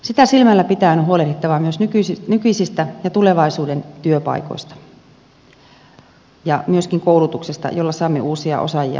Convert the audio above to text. sitä silmällä pitäen on huolehdittava myös nykyisistä ja tulevaisuuden työpaikoista ja myöskin koulutuksesta jolla saamme uusia osaajia energiantuotantoon